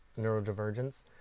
neurodivergence